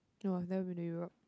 no I've never been to Europe